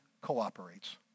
cooperates